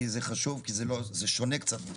כי זה שונה קצת.